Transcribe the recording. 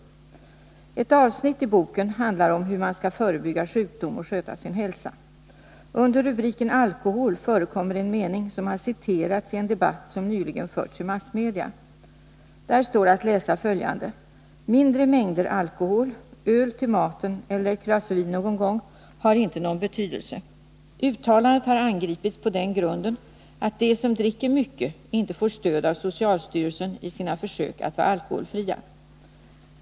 Ett avsnitt i boken handlar om hur man skall förebygga sjukdom och sköta sin hälsa. Under rubriken Alkohol förekommer en mening som har citerats i en debatt som nyligen förts i massmedia. Där står att läsa följande. ”Mindre mängder alkohol — öl till maten eller ett glas vin någon gång — har inte någon betydelse.” Uttalandet har angripits på den grunden att de som dricker mycket inte får stöd av socialstyrelsen i sina försök att vara alkoholfria.